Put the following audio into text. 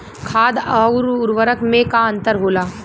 खाद्य आउर उर्वरक में का अंतर होला?